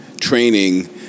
training